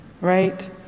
right